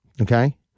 okay